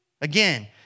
Again